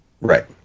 Right